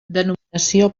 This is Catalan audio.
denominació